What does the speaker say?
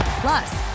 Plus